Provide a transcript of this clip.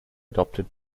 adopted